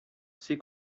ses